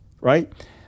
right